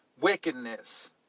wickedness